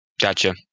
Gotcha